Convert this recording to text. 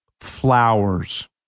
Flowers